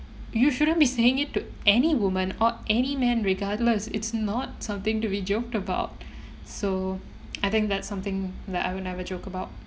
you shouldn't be saying it to any woman or any men regardless it's not something to be joked about so I think that's something that I will never joke about